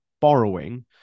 borrowing